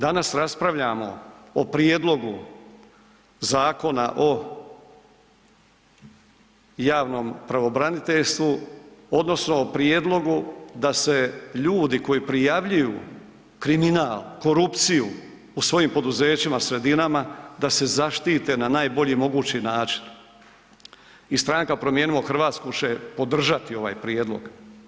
Danas raspravljamo o Prijedlogu Zakona o javnom pravobraniteljstvu odnosno o prijedlogu da se ljudi koji prijavljuju kriminal, korupciju u svojim poduzećima, sredinama da se zaštite na najbolji mogući način i Stranka Promijenimo Hrvatsku će podržati ovaj prijedlog.